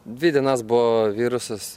dvi dienas buvo virusas